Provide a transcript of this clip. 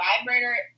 vibrator